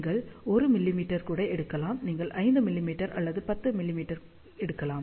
நீங்கள் 1 மிமீ கூட எடுக்கலாம் நீங்கள் 5 மிமீ அல்லது 10 மிமீ எடுக்கலாம்